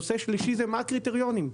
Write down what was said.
נושא שלישי זה הקריטריונים.